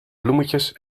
bloemetjes